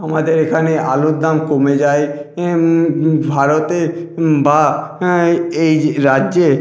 আমাদের এখানে আলুর দাম কমে যায় ভারতে বা এই রাজ্যে